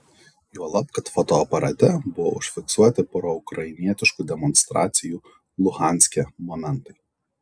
juolab kad fotoaparate buvo užfiksuoti proukrainietiškų demonstracijų luhanske momentai